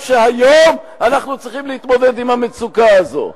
שהיום אנחנו צריכים להתמודד עם המצוקה הזאת?